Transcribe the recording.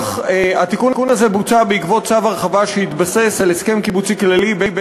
התיקון הזה נעשה בעקבות צו הרחבה שהתבסס על הסכם קיבוצי כללי בין